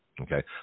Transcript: okay